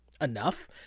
enough